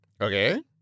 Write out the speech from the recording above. Okay